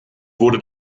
wurde